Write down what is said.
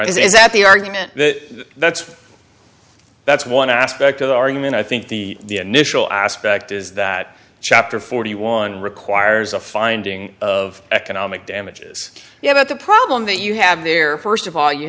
r is that the argument that that's that's one aspect of the argument i think the initial aspect is that chapter forty one requires a finding of economic damages you have got the problem that you have there first of all you